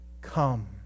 Come